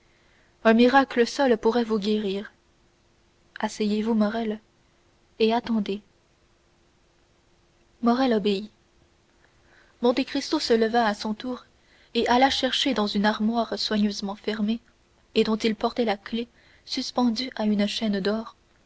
un miracle seul pourrait vous guérir asseyez-vous morrel et attendez morrel obéit monte cristo se leva à son tour et alla chercher dans une armoire soigneusement fermée et dont il portait la clef suspendue à une chaîne d'or